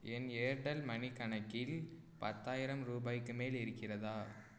என் Airtel money கணக்கில் பத்தாயிரம் ரூபாய்க்கு மேல் இருக்கிறதா